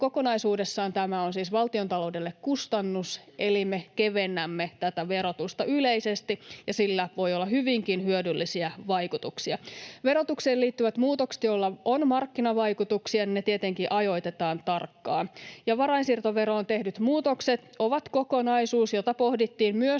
kokonaisuudessaan tämä on siis valtiontaloudelle kustannus, [Antti Lindtman: Kyllä!] eli me kevennämme tätä verotusta yleisesti, ja sillä voi olla hyvinkin hyödyllisiä vaikutuksia. Verotukseen liittyvät muutokset, joilla on markkinavaikutuksia, tietenkin ajoitetaan tarkkaan. Varainsiirtoveroon tehdyt muutokset ovat kokonaisuus, jota pohdittiin myös